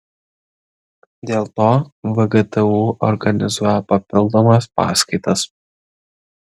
dėl to vgtu organizuoja papildomas paskaitas